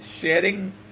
sharing